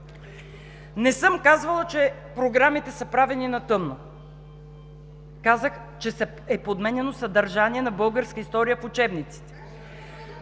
Не съм казвала, че програмите са правени на тъмно. Казах, че е подменяно съдържание на българската история в учебниците.